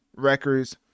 Records